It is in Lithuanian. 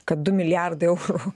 kad du milijardai eurų